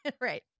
Right